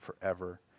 forever